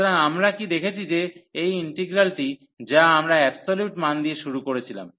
সুতরাং আমরা কী দেখেছি যে এই ইন্টিগ্রালটি যা আমরা অ্যাবসোলিউট মান দিয়ে শুরু করেছিলাম